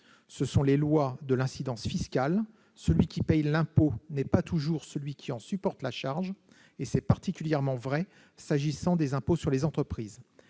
Ce sont les lois de l'incidence fiscale : celui qui paie l'impôt n'est pas toujours celui qui en supporte la charge, et c'est particulièrement vrai s'agissant des impôts sur les entreprises.